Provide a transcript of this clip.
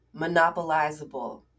monopolizable